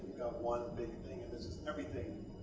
one big thing and this is everything